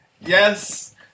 Yes